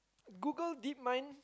Google DeepMind